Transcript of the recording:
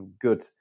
good